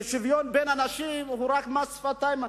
שוויון בין אנשים הוא רק מס שפתיים,